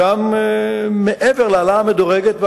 שם מעבר להעלאה המדורגת,